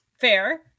fair